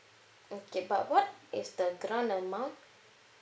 okay but what is the grant amount